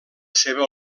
seva